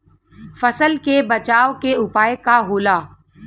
फसल के बचाव के उपाय का होला?